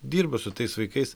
dirba su tais vaikais